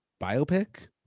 biopic